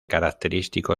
característico